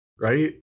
Right